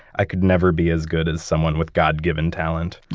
i could never be as good as someone with god-given talent.